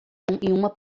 uma